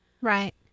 Right